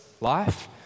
life